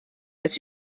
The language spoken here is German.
als